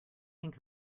think